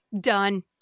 Done